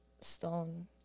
stone